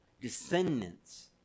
descendants